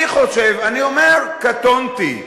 אני חושב, אני אומר: קטונתי.